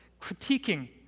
critiquing